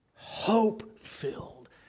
Hope-filled